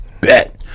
bet